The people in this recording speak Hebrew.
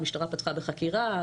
המשטרה פתחה בחקירה,